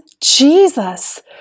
Jesus